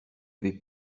vais